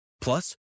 Plus